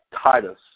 Titus